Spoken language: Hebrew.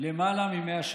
למעלה מ-100 שנה,